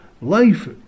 life